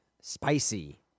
spicy